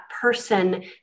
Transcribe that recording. person